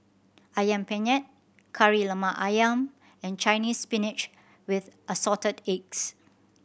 Ayam Penyet Kari Lemak Ayam and Chinese Spinach with Assorted Eggs